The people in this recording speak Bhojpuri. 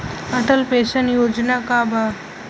अटल पेंशन योजना का बा?